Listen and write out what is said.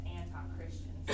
anti-Christian